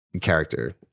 character